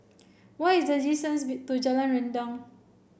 what is the distance be to Jalan Rendang